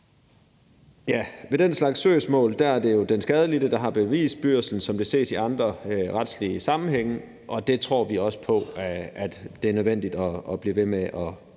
Ved den slags søgsmål er det jo den skadelidte, der har bevisbyrden, som det ses i andre retslige sammenhænge, og det tror vi også på er nødvendigt at blive ved med at